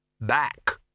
back